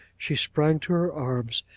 she sprang to her arms,